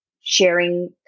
sharing